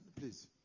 please